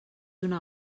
una